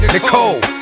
Nicole